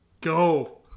Go